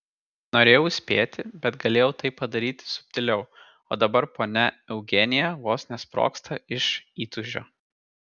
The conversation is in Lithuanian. norėjau įspėti bet galėjau tai padaryti subtiliau o dabar ponia eugenija vos nesprogsta iš įtūžio